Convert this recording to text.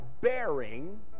bearing